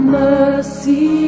mercy